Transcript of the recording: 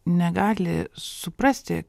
negali suprasti